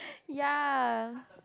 ya